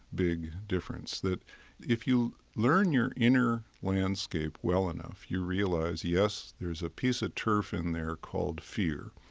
big difference. that if you learn your inner landscape well enough you realize yes, there's a piece of turf in there called fear.